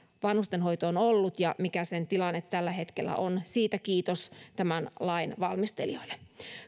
vanhustenhoito on ollut ja mikä sen tilanne tällä hetkellä on siitä kiitos tämän lain valmistelijoille